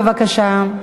בבקשה.